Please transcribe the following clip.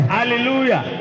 Hallelujah